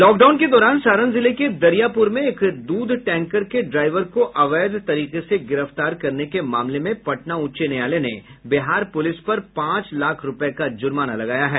lockdown के दौरान सारण जिले के दरियापुर में एक दूध टैंकर के ड्राईवर को अवैध तरीके से गिरफ्तार करने के मामले में पटना उच्च न्यायालय ने बिहार पुलिस पर पांच लाख रूपये का जुर्माना लगाया है